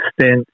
stint